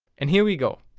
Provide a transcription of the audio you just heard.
and here we go,